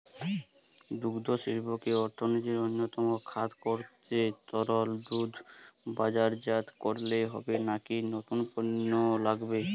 দুগ্ধশিল্পকে অর্থনীতির অন্যতম খাত করতে তরল দুধ বাজারজাত করলেই হবে নাকি নতুন পণ্য লাগবে?